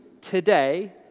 today